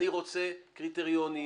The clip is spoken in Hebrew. אני רוצה קריטריונים,